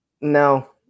No